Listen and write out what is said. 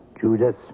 Judas